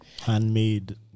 handmade